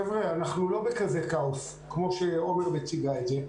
חבר'ה, אנחנו לא בכזה כאוס כמו שעומר מציגה את זה.